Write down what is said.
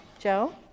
Joe